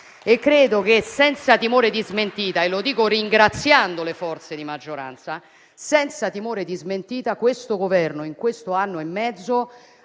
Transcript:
E credo, senza timore di smentita e ringraziando le forze di maggioranza, che questo Governo in quest'anno e mezzo